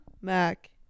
mac